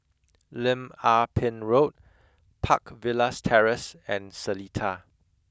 Lim Ah Pin Road Park Villas Terrace and Seletar